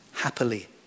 Happily